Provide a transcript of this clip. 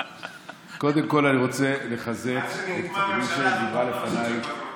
קודם כול, אני רוצה לחזק את הדברים שאמרה לפניי,